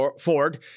Ford